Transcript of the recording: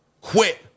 Quit